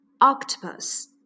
Octopus